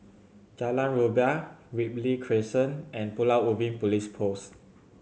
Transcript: Jalan Rumbia Ripley Crescent and Pulau Ubin Police Post